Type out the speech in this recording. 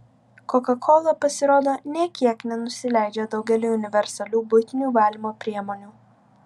kokakola pasirodo nė kiek nenusileidžia daugeliui universalių buitinių valymo priemonių